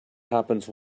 happens